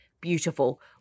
Beautiful